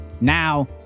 now